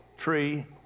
tree